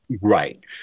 Right